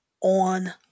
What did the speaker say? on